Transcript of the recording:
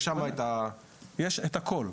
יש שם את ה- -- יש את הכל.